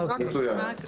מצוין.